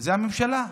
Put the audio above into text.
זה הממשלה,